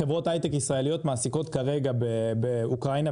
חברות היי-טק ישראליות מעסיקות כרגע באוקראינה,